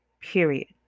Period